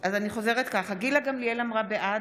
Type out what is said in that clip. (קוראת בשמות חברי הכנסת) אז אני חוזרת: גילה גמליאל אמרה בעד.